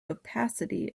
opacity